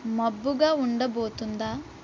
మబ్బుగా ఉండబోతుందా